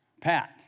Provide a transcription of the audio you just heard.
Pat